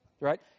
Right